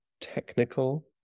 technical